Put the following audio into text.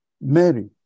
Mary